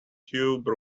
cube